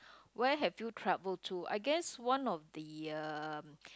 where have you traveled to I guess one of the uh